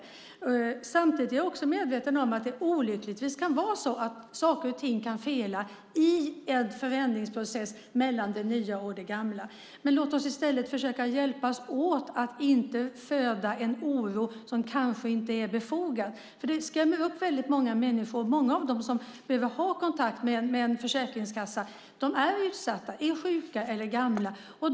Jag är samtidigt medveten om att saker och ting olyckligtvis kan fela mellan det nya och det gamla i en förändringsprocess. Men låt oss försöka hjälpas åt så att vi inte föder en oro som kanske inte är befogad. Det skrämmer upp väldigt många människor. Många av dem som behöver ha kontakt med Försäkringskassan är utsatta, sjuka eller gamla.